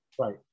Right